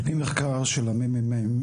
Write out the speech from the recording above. על פי מחקר של הממ"מ,